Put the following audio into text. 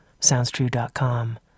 SoundsTrue.com